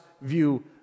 view